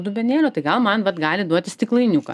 dubenėlio tai gal man vat gali duoti stiklainiuką